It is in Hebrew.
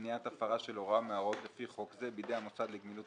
למניעת הפרה של הוראה מהוראות לפי חוק זה בידי המוסד לגמילות